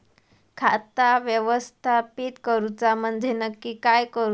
खाता व्यवस्थापित करूचा म्हणजे नक्की काय करूचा?